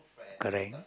correct